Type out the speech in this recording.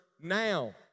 Now